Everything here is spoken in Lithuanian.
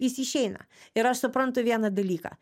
jis išeina ir aš suprantu vieną dalyką